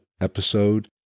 episode